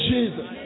Jesus